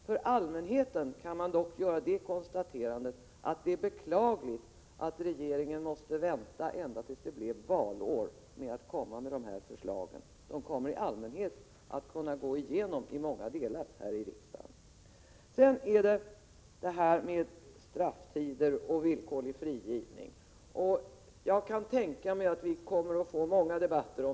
För allmänheten kan man dock göra det konstaterandet att det är beklagligt att regeringen måste vänta ända tills det blev valår med att lägga fram de här förslagen. De kommer i allmänhet att kunna gå igenom i många delar här i riksdagen. Jag kan tänka mig att vi kommer att få många debatter om strafftider och villkorlig frigivning.